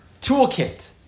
toolkit